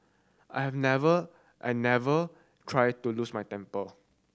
I have never I never try to lose my temper